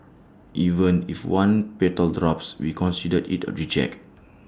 even if one petal drops we consider IT A reject